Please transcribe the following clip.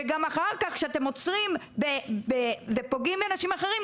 וגם אחר כך כשאתם עוצרים ופוגעים באנשים אחרים,